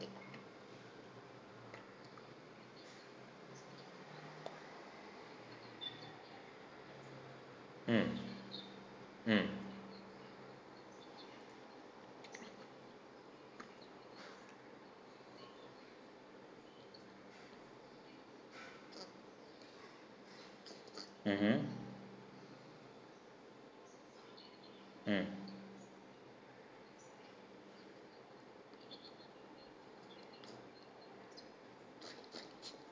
mm mm mmhmm mm